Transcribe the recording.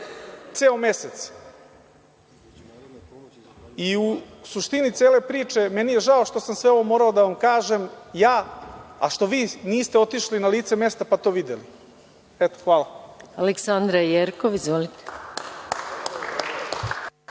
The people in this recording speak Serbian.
ceo mesec.U suštini cele priče, meni je žao što sam sve ovo morao da vam kažem ja, a što vi niste otišli na lice mesta pa to videli. Hvala. **Maja Gojković** Reč